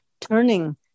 turning